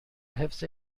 حفظ